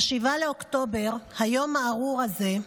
ב-7 באוקטובר, היום הארור הזה,